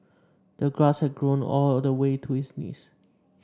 the grass had grown all the way to his knees